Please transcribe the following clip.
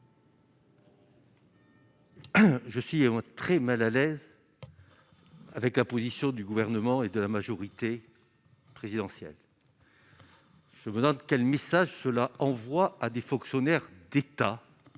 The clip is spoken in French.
Je suis et très mal à l'aise avec la position du gouvernement et de la majorité présidentielle, je vous demande quel message cela envoie à des fonctionnaires d'État,